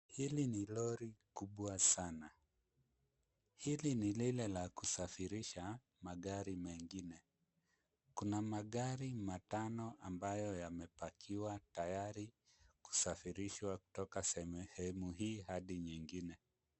Hili ni lori kubwa sana. Hili ni lile la kusafirisha magari mengine kuna magari matano ambayo yamepakiwa, tayari kusafirishwa kutoka sehemu hii hadi nyingine.